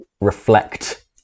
reflect